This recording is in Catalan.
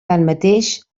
tanmateix